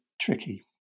tricky